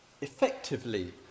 effectively